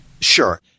Sure